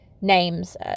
names